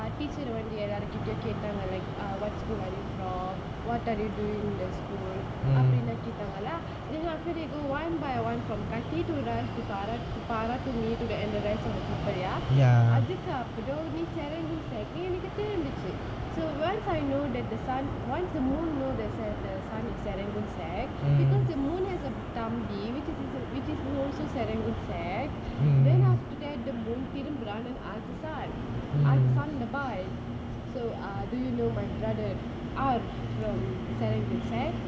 teacher வந்து எல்லாரு கிட்ட கேட்டாங்க:ellaaru kitta kaetaanga like what's school are you from what are they doing in the school அப்டினு கேட்டாங்களா:apdinu kaettaangalaa then after that they do one by one from kathi to run to paaraa paaraa to me and to the rest of the people ya அதுக்கப்பறம் நீ:athukkapparam nee serangoon sec இந்துச்சு:inthuchu so once I know that the sun once I know the moon is at the serangoon sec because the moon is a தம்பி:thambi which is which also serangoon sec then after that the moon திரும்புறான்:thirumburaan then at the sun at the sun and the bai so ah do you know my brother ah no serangoon sec